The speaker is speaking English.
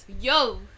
Yo